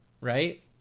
right